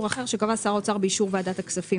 אחר שקבע שר האוצר באישור ועדת הכספים".